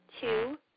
Two